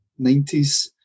90s